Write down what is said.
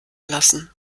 lassen